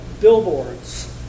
billboards